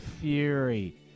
Fury